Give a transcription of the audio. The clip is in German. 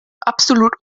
absolut